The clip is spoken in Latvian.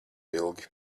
ilgi